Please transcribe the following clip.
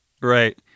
Right